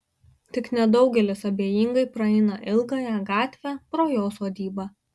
tik nedaugelis abejingai praeina ilgąja gatve pro jo sodybą